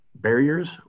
Barriers